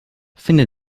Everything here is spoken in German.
finde